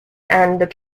and